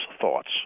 thoughts